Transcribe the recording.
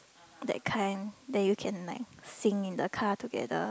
that kind then you can like sing in the car together